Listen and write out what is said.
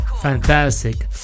Fantastic